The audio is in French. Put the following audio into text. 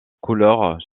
couleurs